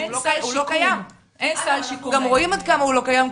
הוא לא קיים וגם רואים כמה הוא לא קיים,